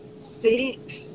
six